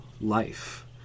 life